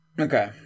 Okay